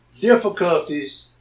difficulties